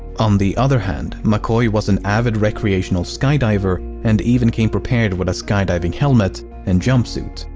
on the other hand, mccoy was an avid recreational skydiver and even came prepared with a skydiving helmet and jumpsuit.